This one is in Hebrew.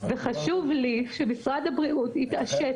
וחשוב לי שמשרד הבריאות יתעשת,